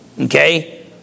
Okay